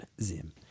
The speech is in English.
Zim